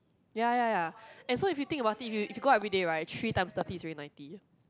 ya ya ya and so if you think about it if if you go out everyday right three times thirty is already ninety